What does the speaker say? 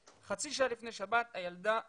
חצי שעה לפני שבת הילדה ברחוב,